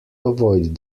avoid